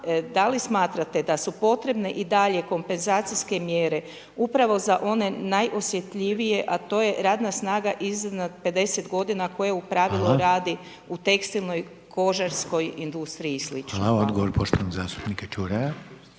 Da li smatrate da su potrebne i dalje kompenzacijske mjere upravo za one najosjetljivije, a to je radna snaga iznad 50 godina koja u pravilu radi u tekstilnoj, kožarskoj industriji i sl.? **Reiner, Željko (HDZ)** Hvala. Odgovor poštovanog zastupnika Čuraja.